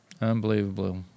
Unbelievable